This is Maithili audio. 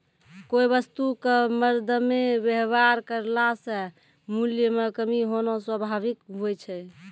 कोय वस्तु क मरदमे वेवहार करला से मूल्य म कमी होना स्वाभाविक हुवै छै